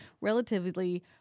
relatively